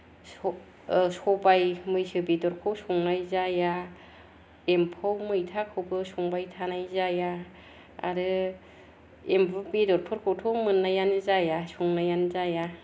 स सबाय मैसो बेदरखौ संनाय जाया एम्फौ मैथाखौबो संबाय थानाय जाया आरो एम्बु बेदरफोरखौथ' मोन्नायानो जाया संनायानो जाया